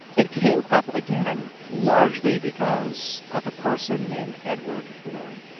it came up again, largely because of a person named edward blum